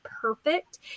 perfect